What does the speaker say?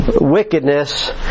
wickedness